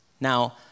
Now